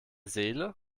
seele